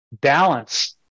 balance